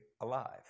alive